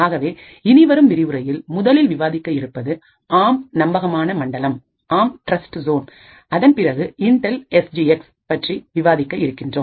ஆகவே இனி வரும் விரிவுரையில் முதலில் விவாதிக்க இருப்பது ஆம் நம்பகமான மண்டலம் அதன் பிறகு இன்டெல் எஸ் ஜி எக்ஸ் பற்றி விவாதிக்க இருக்கின்றோம்